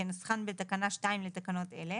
כנוסחן בתקנה 2 לתקנות אלה,